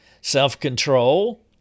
self-control